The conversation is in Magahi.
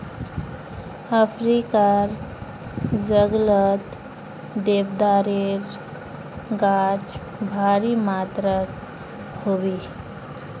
अफ्रीकार जंगलत देवदारेर गाछ भारी मात्रात ह बे